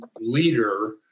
leader